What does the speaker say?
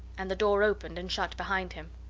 and the door opened and shut behind him.